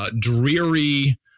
dreary